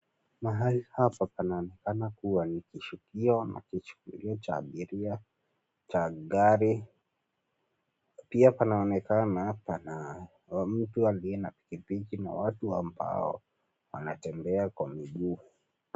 Mahali hapa panaonekana kuwa ni kishukio ama kichukulio cha gari. Pia, panaonekana pana mtu aliye na pikipiki, na watu ambao wanatembea kwa miguu.